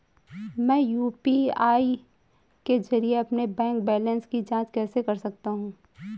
मैं यू.पी.आई के जरिए अपने बैंक बैलेंस की जाँच कैसे कर सकता हूँ?